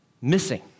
missing